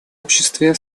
обществе